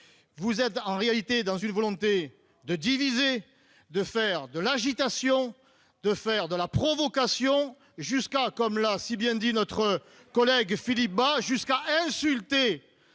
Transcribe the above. vous êtes en réalité dans une volonté de diviser, de faire de l'agitation de faire de la provocation jusqu'à, comme l'a si bien dit notre collègue Philippe Bas jusqu'à insulter